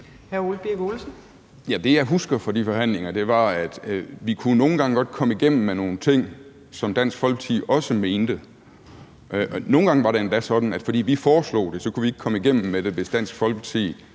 Ole Birk Olesen (LA): Det, jeg husker fra de forhandlinger, er, at vi nogle gange godt kunne komme igennem med nogle ting, som Dansk Folkeparti også mente. Nogle gange var det endda sådan, at fordi vi foreslog det, kunne vi ikke komme igennem med det, selv om Dansk Folkeparti